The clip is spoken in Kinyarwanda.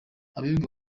abibwe